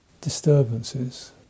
disturbances